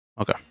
Okay